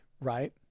Right